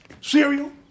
cereal